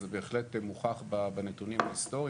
זה בהחלט מוכח בנתונים ההיסטוריים.